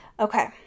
Okay